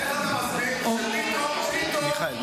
איך אתה מסביר שפתאום שני רבנים,